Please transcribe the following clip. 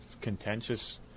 contentious